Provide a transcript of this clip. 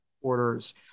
orders